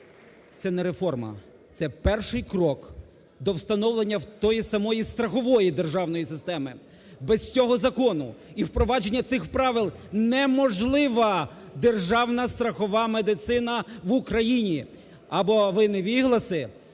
Це не реформа. Це перший крок до встановлення тої самої страхової державної системи. Без цього закону і впровадження цих правил не можлива державна страхова медицина в Україні. Або ви – невігласи,